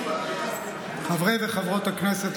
חברי וחברות הכנסת,